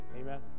Amen